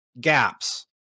gaps